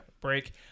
break